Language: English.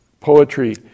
poetry